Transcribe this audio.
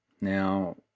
Now